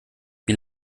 wie